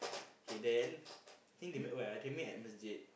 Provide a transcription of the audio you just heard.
k then think they met where ah they met at masjid